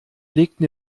legten